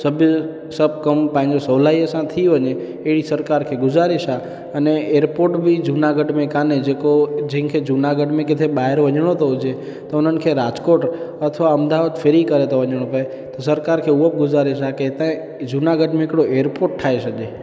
सभु सभु कम पंहिंजी सहुलायी सां थी वञे अहिड़ी सरकार खे गुज़ारिश आहे अने एयरपोर्ट बि जूनागढ़ में काने जेको जिन खे जूनागढ़ में किथे ॿाहिरि वञिणो थो हुजे त उन्हनि खे राजकोट अथवा अहमदाबाद फ़िरी करे थो वञणो पए सरकार खे उहो बि गुज़ारिश आहे कि हितां जूनागढ़ में हिकिड़ो एयरपोर्ट ठाहे छॾे